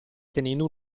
tenendo